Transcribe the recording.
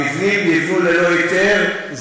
המבנים נבנו ללא היתר,